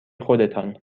خودتان